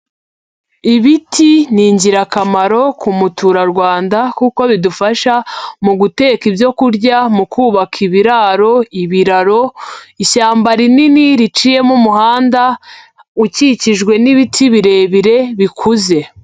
Ibiti ni ingirakamaro ku muturarwanda, kuko bidufasha mu guteka ibyo kurya, no mu kubaka ibiraro, ibiraro. Ishyamba rinini riciyemo umuhanda, ukikijwe n’ibiti birebire bikuze.